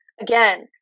again